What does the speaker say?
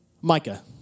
Micah